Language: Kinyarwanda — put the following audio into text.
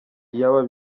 iyaba